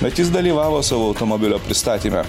bet jis dalyvavo savo automobilio pristatyme